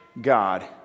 God